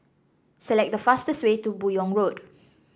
select the fastest way to Buyong Road